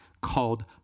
called